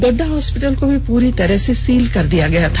Godda hospital को भी पूरी तरह से सील कर दिया गया था